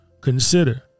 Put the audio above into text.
consider